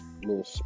little